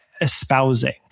espousing